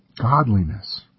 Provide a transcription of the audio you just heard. godliness